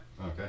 Okay